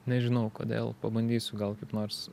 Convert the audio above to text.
nežinau kodėl pabandysiu gal kaip nors